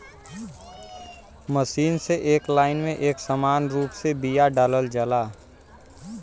machine से एक line में एक समान रूप से बिया डालल जाला